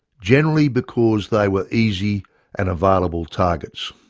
generally because they were easy and available targets.